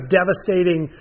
devastating